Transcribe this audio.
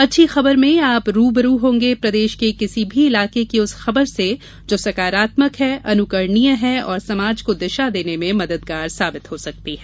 अच्छी खबर में आप रूबरू होंगे प्रदेश के किसी भी इलाके की उस खबर से जो सकारात्मक है अनुकरणीय है और समाज को दिशा देने में मददगार हो सकती है